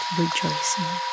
rejoicing